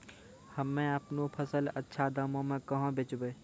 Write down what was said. हम्मे आपनौ फसल अच्छा दामों मे कहाँ बेचबै?